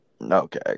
Okay